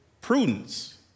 prudence